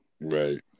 Right